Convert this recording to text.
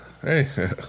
Hey